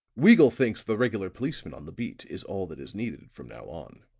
weagle thinks the regular policeman on the beat is all that is needed from now on.